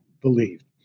believed